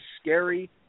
scary